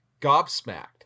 gobsmacked